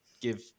give